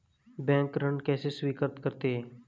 Bank ऋण कैसे स्वीकृत करते हैं?